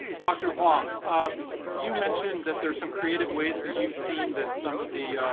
dr. huang, ah you mentioned that there are some creative ways that you've seen that some of the